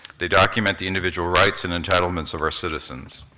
they document the individual rights and entitlements of our citizens,